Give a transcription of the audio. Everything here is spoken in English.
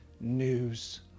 news